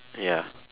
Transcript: ya